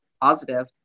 positive